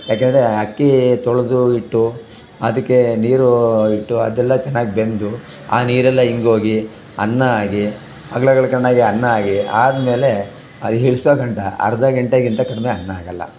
ಯಾಕಂದರೆ ಅಕ್ಕಿ ತೊಳೆದು ಇಟ್ಟು ಅದಕ್ಕೆ ನೀರು ಇಟ್ಟು ಅದೆಲ್ಲ ಚೆನ್ನಾಗಿ ಬೆಂದು ಆ ನೀರೆಲ್ಲ ಇಂಗೋಗಿ ಅನ್ನ ಆಗಿ ಅಗ್ಳಗ್ಳು ಕಂಡಗೆ ಅನ್ನ ಆಗಿ ಆದಮೇಲೆ ಅದು ಹಿಡ್ಸೋಗಂಟ ಅರ್ಧ ಗಂಟೆಗಿಂತ ಕಡಿಮೆ ಅನ್ನ ಆಗಲ್ಲ